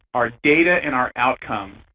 our data and our outcomes,